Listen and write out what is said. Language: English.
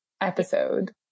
episode